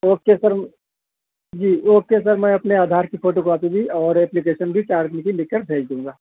okay sir ji okay sir میں اپنے آدھار کی فوٹو کاپی بھی اور اپلیکیشن بھی چار دن کی لکھ کر بھیج دوں گا